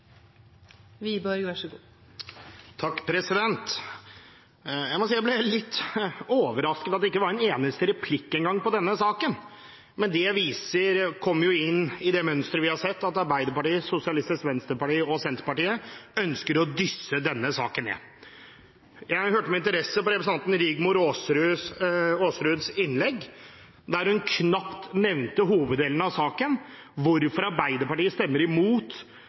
inn i det mønsteret vi har sett, at Arbeiderpartiet, SV og Senterpartiet ønsker å dysse ned denne saken. Jeg hørte med interesse på Rigmor Aasruds innlegg, der hun knapt nevnte hoveddelen av saken, altså hvorfor Arbeiderpartiet stemmer imot